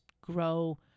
grow